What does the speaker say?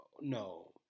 no